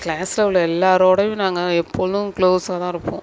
கிளாஸ்ல உள்ள எல்லோரோடயும் நாங்கள் எப்பொழுதும் குளோஸா தான் இருப்போம்